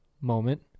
moment